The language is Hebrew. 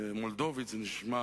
במולדובית זה נשמע